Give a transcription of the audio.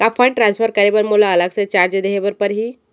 का fund transfer करे बर मोला अलग से चार्ज देहे बर परही?